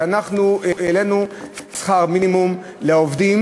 שאנחנו העלינו את שכר המינימום לעובדים